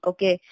Okay